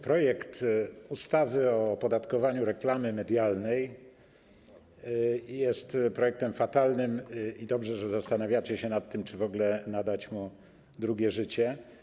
Projekt ustawy o opodatkowaniu reklamy medialnej jest projektem fatalnym i dobrze, że zastanawiacie się nad tym, czy w ogóle nadać mu drugie życie.